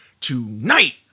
Tonight